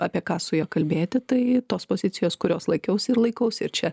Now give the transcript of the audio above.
apie ką su juo kalbėti tai tos pozicijos kurios laikiausi ir laikausi ir čia